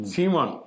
Simon